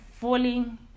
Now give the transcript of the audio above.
falling